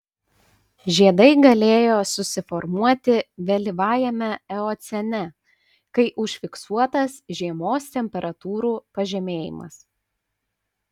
žiedai galėjo susiformuoti vėlyvajame eocene kai užfiksuotas žiemos temperatūrų pažemėjimas